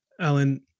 Alan